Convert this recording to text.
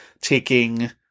taking